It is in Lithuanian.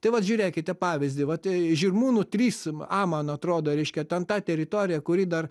taip vat žiūrėkite pavyzdį vat žirmūnų trys a man atrodo reiškia ten ta teritorija kuri dar